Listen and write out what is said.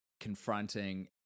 confronting